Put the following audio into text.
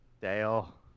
Dale